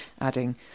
adding